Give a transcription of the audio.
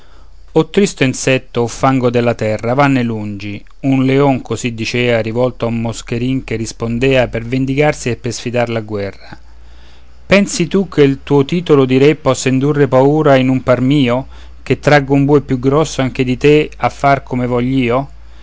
o tristo insetto o fango della terra vanne lungi un leon così dicea rivolto a un moscherin che rispondea per vendicarsi e per sfidarlo a guerra pensi tu che il tuo titolo di re possa indurre paura in un par mio che traggo un bue più grosso anche di te a far come vogl'io